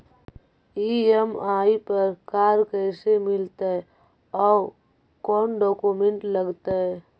EMI पर car कैसे मिलतै औ कोन डाउकमेंट लगतै?